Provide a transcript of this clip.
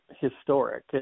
historic